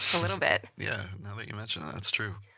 a little bit. yeah. now that you mention that, it's true.